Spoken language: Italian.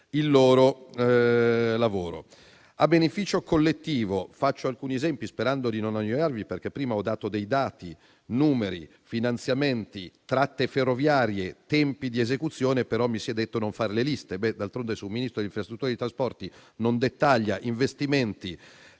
il loro lavoro. A beneficio collettivo, faccio alcuni esempi sperando di non annoiarvi perché prima ho dato dei dati su numeri, finanziamenti, tratte ferroviarie, tempi di esecuzione, ma mi si è detto di non fare le liste. D'altronde, se un Ministro delle infrastrutture e dei trasporti non dettaglia investimenti,